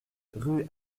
rue